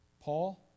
Paul